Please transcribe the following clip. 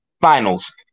Finals